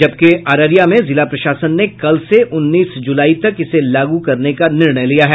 जबकि अररिया में जिला प्रशासन ने कल से उन्नीस जुलाई तक इसे लागू करने का निर्णय लिया है